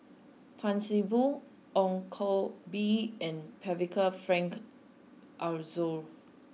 Tan See Boo Ong Koh Bee and Percival Frank Aroozoo